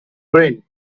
brain